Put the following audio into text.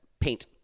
paint